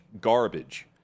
garbage